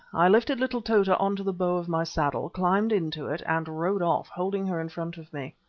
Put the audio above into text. i lifted little tota on to the bow of my saddle, climbed into it, and rode off, holding her in front of me.